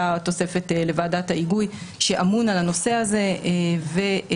תוספת לוועדת ההיגוי שאמון על הנושא הזה ואחראי